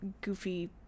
goofy